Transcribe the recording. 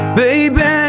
baby